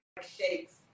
shakes